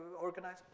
organize